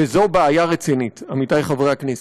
וזו בעיה רצינית, עמיתי חברי הכנסת,